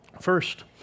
First